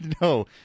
No